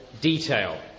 detail